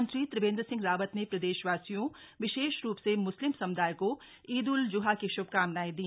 मुख्यमंत्री त्रिवेन्द्र सिंह रावत ने प्रदेश वासियों विशेष रू से मुस्लिम सम्दाय को ईद उल ज्हा की श्भकामनाएं दी